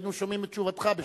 והיינו שומעים את תשובתך ב-14:00.